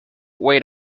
wait